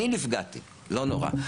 אני נפגעתי, לא נורא.